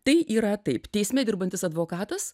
tai yra taip teisme dirbantis advokatas